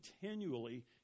continually